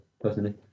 personally